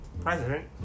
president